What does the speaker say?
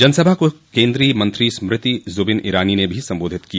जनसभा को केन्द्रीय मंत्री स्मृति जुबिन इरानी ने भी सम्बोधित किया